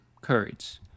Courage